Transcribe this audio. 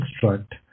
construct